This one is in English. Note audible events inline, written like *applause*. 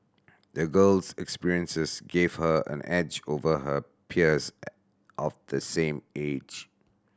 the girl's experiences gave her an edge over her peers *unintelligible* of the same age